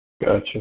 Gotcha